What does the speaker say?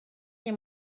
nie